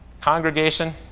Congregation